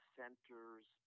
centers